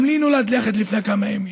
גם לי נולד נכד לפני כמה ימים.